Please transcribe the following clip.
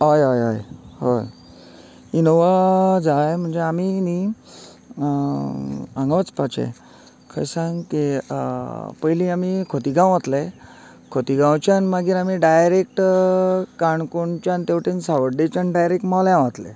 हय हय हय हय इनोवा जाय म्हणजे आमी न्ही हांगा वचपाचे खंय सांग की पयली आमी खोतिगांव वतले खोतिगांवच्यान मागीर आमी डायरेक्ट काणकोणच्यान तेवटेन सावर्डेच्यान डायरेक्ट मोल्यां वतले